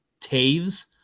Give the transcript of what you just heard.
Taves